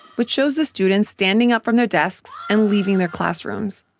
which shows the students standing up from their desks and leaving their classrooms.